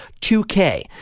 2K